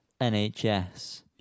NHS